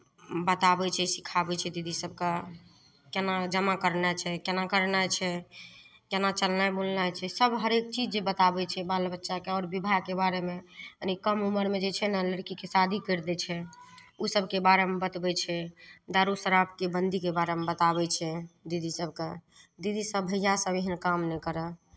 बताबै छै सिखाबै छै दीदी सभकेँ केना जमा करनाइ छै केना करनाइ छै केना चलनाइ बुलनाइ छै सभ हरेक चीज बताबै छै बाल बच्चाकेँ आओर विवाहके बारेमे तनि कम उमरमे जे छै ने लड़कीके शादी करि दै छै ओसभके बारेमे बतबै छै दारू शराबके बन्दीके बारेमे बताबै छै दीदी सभकेँ दीदीसभ भैयासभ एहन काम नहि करय